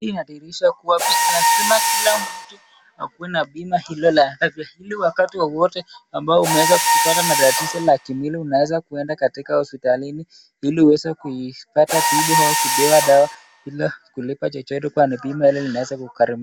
Hii inahadhilisha kuwa lazima kila mtu akuwe na bima hilo la afya, ili wakati wowote ambao umeweza kushikana na tatisho la kimwili unaweza kuenda na katika hopistalini ili uweze kuikata tibu au kupewa dawa bila kulipa chochote kuwa ni bima linaweza kukalum[.]